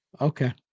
Okay